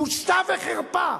בושה וחרפה.